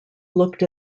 looked